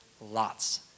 lots